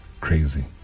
Crazy